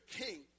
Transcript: king